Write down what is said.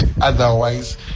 otherwise